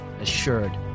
assured